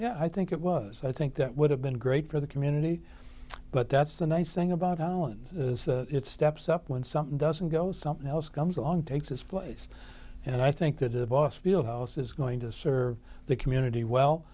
do i think it was i think that would have been great for the community but that's the nice thing about holland is it's steps up when something doesn't go something else comes along takes its place and i think that it was field house is going to serve the community well